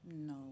No